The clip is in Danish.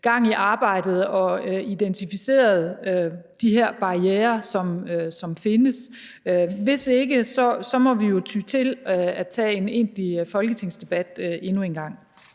gang i arbejdet og få identificeret de her barrierer, som findes. Hvis ikke, må vi jo ty til at tage en egentlig folketingsdebat endnu en gang.